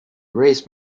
raised